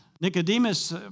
Nicodemus